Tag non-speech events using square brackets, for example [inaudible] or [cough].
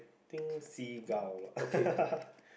think seagull lah [laughs]